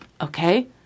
Okay